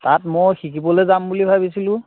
তাত মই শিকিবলৈ যাম বুলি ভাবিছিলোঁ